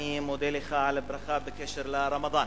אני מודה לך על הברכה בקשר לרמדאן.